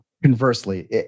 Conversely